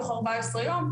תוך ארבע עשרה יום,